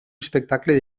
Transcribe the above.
espectacle